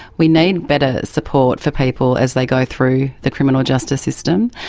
we need better support for people as they go through the criminal justice system.